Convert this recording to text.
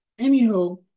Anywho